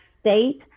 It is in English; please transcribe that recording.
state